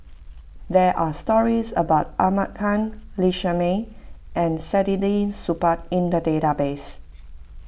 there are stories about Ahmad Khan Lee Shermay and Saktiandi Supaat in the database